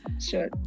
Sure